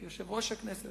את יושב-ראש הכנסת,